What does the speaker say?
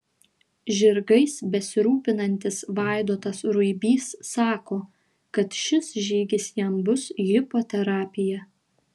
žirgais besirūpinantis vaidotas ruibys sako kad šis žygis jam bus hipoterapija